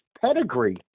pedigree